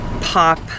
pop